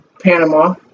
Panama